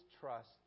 trust